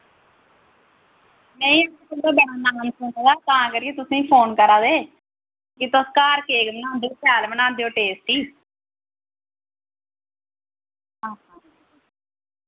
नेईं तुं'दा बड़ा नां सुने दा तां करियै तुसें फोन करा दे कि तुस घर केक बनांदे शैल बनांदे और टेस्टी हां